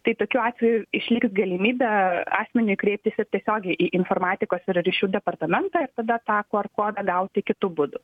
tai tokiu atveju išliks galimybė asmeniui kreiptis ir tiesiogiai į informatikos ir ryšių departamentą ir tada tą qr kodą gauti kitu būdu